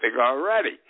already